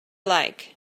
like